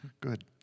Good